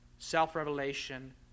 self-revelation